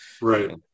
Right